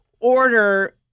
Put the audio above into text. order